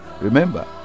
Remember